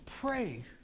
pray